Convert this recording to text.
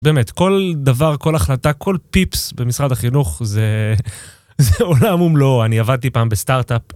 באמת, כל דבר, כל החלטה, כל פיפס במשרד החינוך, זה עולם ומלואו. אני עבדתי פעם בסטארט-אפ.